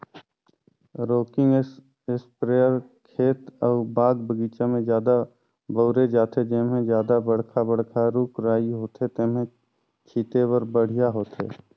rocking इस्पेयर खेत अउ बाग बगीचा में जादा बउरे जाथे, जेम्हे जादा बड़खा बड़खा रूख राई होथे तेम्हे छीटे बर बड़िहा होथे